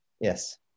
Yes